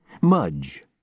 Mudge